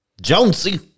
Jonesy